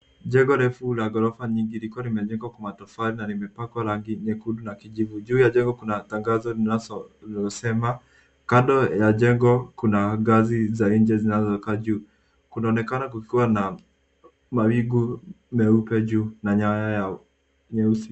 Jengo refu la ghorofa nyingi liko limejengwa kwa matofali na limepakwa rangi nyekundu na kijivu. Juu ya jengo kuna tangazo linazosema, kando ya jengo kuna ngazi za nje zinazoekwa juu. Kunaonekana kukiwa na mawingu meupe juu na nyaya nyeusi.